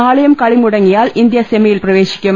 നാളെയും കളി മുടങ്ങിയാൽ ഇന്ത്യ സെമിയിൽ പ്രവേശിക്കും